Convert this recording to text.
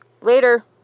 Later